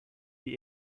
die